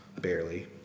barely